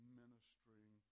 ministering